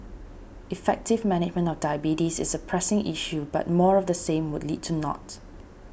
effective management of diabetes is a pressing issue but more of the same would lead to naught